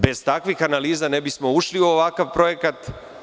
Bez takvih analiza ne bismo ušli u ovakav projekat.